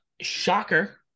Shocker